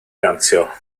dawnsio